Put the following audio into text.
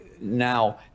Now